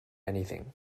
anything